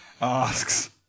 asks